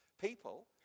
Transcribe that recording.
people